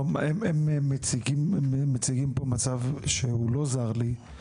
הם מציגים פה מצב שהוא לא זר לי.